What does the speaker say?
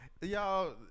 Y'all